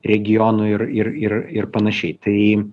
regionų ir ir ir ir panašiai tai